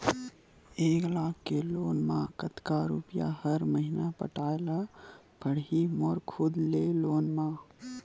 एक लाख के लोन मा कतका रुपिया हर महीना पटाय ला पढ़ही मोर खुद ले लोन मा?